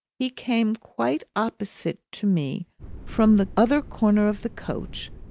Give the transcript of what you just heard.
he came quite opposite to me from the other corner of the coach,